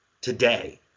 today